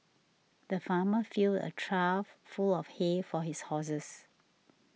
the farmer filled a trough full of hay for his horses